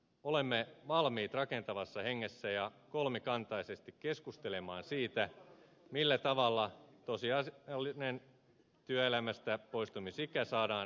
hallitus on valmis rakentavassa hengessä ja kolmikantaisesti keskustelemaan siitä millä tavalla tosiasiallinen työelämästä poistumisikä saadaan selvään nousuun